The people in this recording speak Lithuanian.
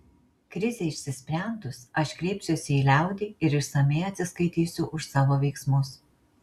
krizei išsisprendus aš kreipsiuosi į liaudį ir išsamiai atsiskaitysiu už savo veiksmus